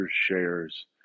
shares